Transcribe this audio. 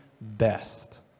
best